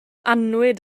annwyd